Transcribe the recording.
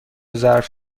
ظرف